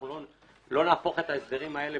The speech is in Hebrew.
לא נהפוך את ההסדרים האלה,